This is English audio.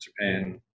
Japan